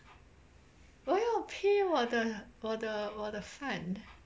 我要 pay 我的我的我的饭